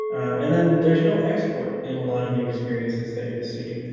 and then there's no export, in a lot of the experiences that you'll see.